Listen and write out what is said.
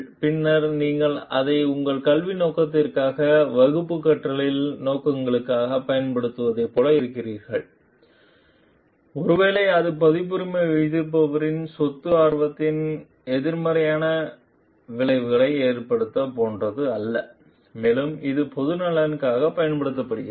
பின்னர் நீங்கள் அதை உங்கள் கல்வி நோக்கத்திற்காக வகுப்பு கற்பித்தல் நோக்கங்களுக்காகப் பயன்படுத்துவதைப் போல இருக்கிறீர்கள் ஒருவேளை அது பதிப்புரிமை வைத்திருப்பவரின் சொத்து ஆர்வத்தின் எதிர்மறையான விளைவை ஏற்படுத்துவதைப் போன்றது அல்ல மேலும் இது பொது நலனுக்காகவும் பயன்படுத்தப்படுகிறது